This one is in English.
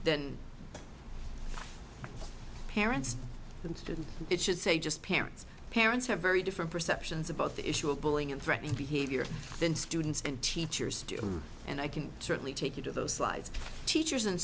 than parents and students it should say just parents parents have very different perceptions about the issue of bullying and threatening behavior than students and teachers do and i can certainly take you to those slides teachers and